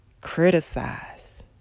criticize